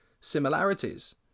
similarities